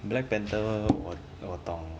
black panther 我我懂